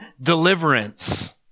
deliverance